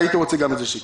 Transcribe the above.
הייתי רוצה שגם זה ייכנס.